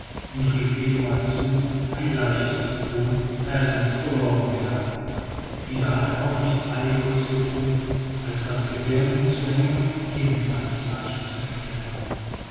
und rief eduard zu ein gleiches zu thun da er sonst verloren wäre dieser hatte auch nichts eiligeres zu thun als das gewehr umzuhängen und ebenfalls die eiche zu erklettern